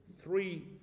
three